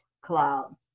clouds